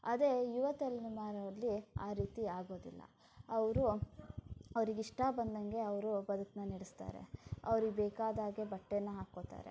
ಅದೇ ಯುವ ತಲೆಮಾರಲ್ಲಿ ಆ ರೀತಿಯಾಗೋದಿಲ್ಲ ಅವರು ಅವರಿಗಿಷ್ಟ ಬಂದಂಗೆ ಅವರು ಬದುಕನ್ನ ನಡೆಸ್ತಾರೆ ಅವ್ರಿಗ್ಬೇಕಾದಾಗೆ ಬಟ್ಟೆನ ಹಾಕ್ಕೋತಾರೆ